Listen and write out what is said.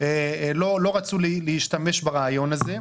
לא רצו להשתמש ברעיון הזה,